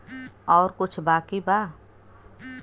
और कुछ बाकी बा?